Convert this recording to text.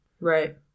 Right